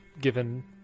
given